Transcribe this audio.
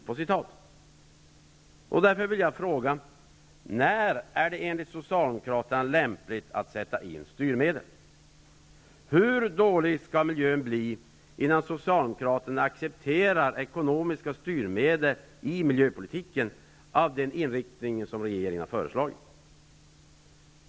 Socialdemokraterna lämpligt att sätta in styrmedel? Hur dålig skall miljön behöva bli innan Socialdemokraterna accepterar ekonomiska styrmedel i miljöpolitiken som har den inriktning som regeringen har föreslagit?